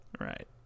Right